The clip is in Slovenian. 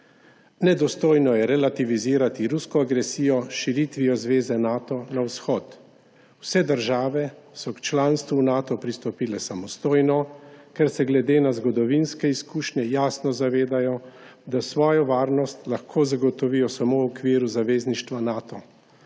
Nedostojno je relativizirati rusko agresijo s širitvijo zveze Nato na vzhod. Vse države so k članstvu v Nato pristopile samostojno, ker se glede na zgodovinske izkušnje jasno zavedajo, da svojo varnost lahko zagotovijo samo v okviru zavezništva Nato.